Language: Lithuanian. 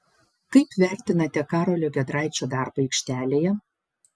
kaip vertinate karolio giedraičio darbą aikštelėje